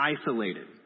isolated